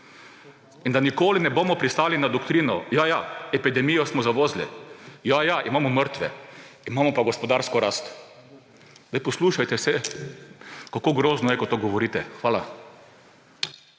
in da nikoli ne bomo pristali na doktrino – ja, ja, epidemijo smo zavozili, ja, ja, imamo mrtve, imamo pa gospodarsko rast. Poslušajte se, kako grozno je, ko to govorite. Hvala.